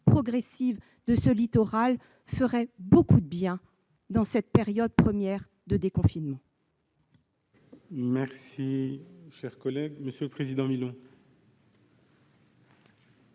progressive du littoral feraient beaucoup de bien en cette première période de déconfinement.